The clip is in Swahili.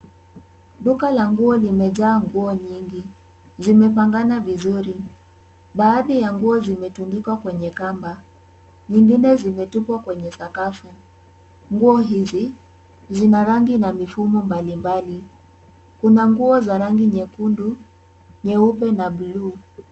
Duka la nguo limejaa nguo nyingi. Zimepangana vizuri. Baadhi ya nguo zimetundikwa kwenye kamba. Nyingine zimetupwa kwenye sakafu. Nguo hizi zina rangi na mifumo mbalimbali. Kuna nguo za rangi nyekundu, nyeupe, na bluu.